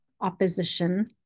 opposition-